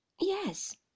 Yes